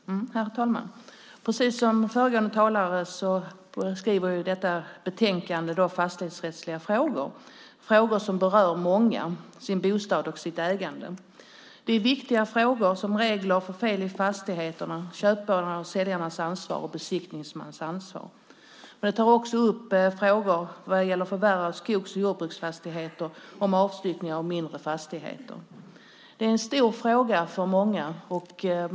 Herr talman! Precis som föregående talare sade beskriver detta betänkande fastighetsrättsliga frågor, frågor som berör många människor, deras bostad och deras ägande. Betänkandet tar upp viktiga frågor som regler för fel i fastigheter, köpares och säljares ansvar och besiktningsmans ansvar. Det tar också upp frågor vad gäller förvärv av skogs och jordbruksfastigheter och avstyckning av mindre fastigheter. Det är en stor fråga för många.